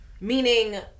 meaning